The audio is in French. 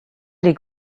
les